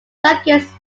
circuits